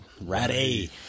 Ready